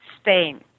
Spain